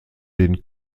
den